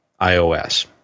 iOS